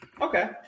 Okay